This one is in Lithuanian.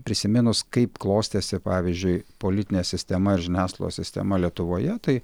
prisiminus kaip klostėsi pavyzdžiui politinė sistema ir žiniasklaidos sistema lietuvoje tai